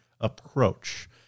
approach